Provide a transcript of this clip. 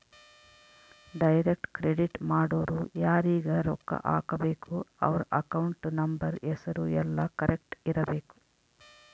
direct credit ಮಾಡೊರು ಯಾರೀಗ ರೊಕ್ಕ ಹಾಕಬೇಕು ಅವ್ರ ಅಕೌಂಟ್ ನಂಬರ್ ಹೆಸರು ಯೆಲ್ಲ ಕರೆಕ್ಟ್ ಇರಬೇಕು